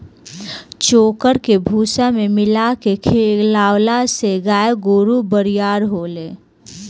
चोकर के भूसा में मिला के खिआवला से गाय गोरु बरियार होले